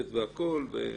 כן, עם שמירה מיוחדת והכול.